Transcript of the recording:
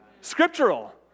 scriptural